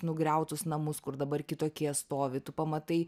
nugriautus namus kur dabar kitokie stovi tu pamatai